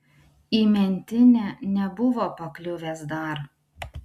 į mentinę nebuvo pakliuvęs dar